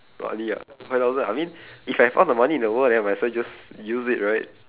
money lah five thousand I mean if I have all the money in the world then might as well just use it right